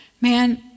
Man